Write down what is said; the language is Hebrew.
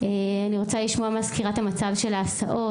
אני רוצה לשמוע סקירת מצב על ההסעות.